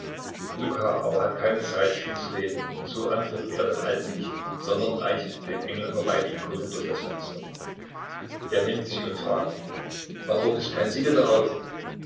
luka aber hat keine zeit viel zu reden und so antwortet er dem alten nicht sondern reicht dem engländer beide ikonen durch das fenster der nimmt sie und fragt warum ist kein siegel darauf